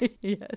Yes